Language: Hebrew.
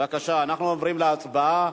בבקשה, אנחנו עוברים להצבעה.